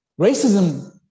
racism